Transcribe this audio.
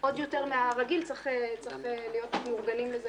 עוד יותר מהרגיל, צריך להיות מאורגנים לזה